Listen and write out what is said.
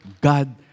God